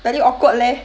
very awkward leh